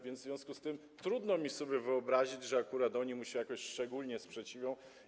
W związku z tym trudno mi sobie wyobrazić, że akurat oni mu się jakoś szczególnie sprzeciwią.